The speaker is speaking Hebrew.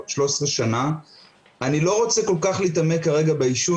אני חושבת שהדיוק שלך הוא בהחלט במקום.